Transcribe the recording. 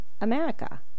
America